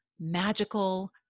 magical